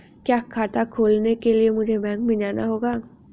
क्या खाता खोलने के लिए मुझे बैंक में जाना होगा?